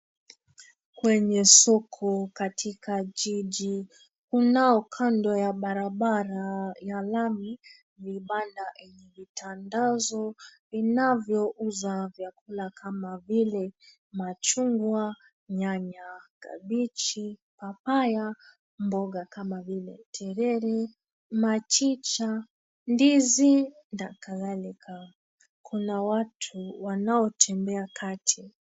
Kwenye soko katika jiji kunao kando ya barabara ya lami, vibanda enye mtandazo vinavyouza vyakula kama vile: machungwa, nyanya, kabeji, papaya , mboga kama vile: terere, machicha, ndizi na kadhalika. Kuna watu wanaotembea kati.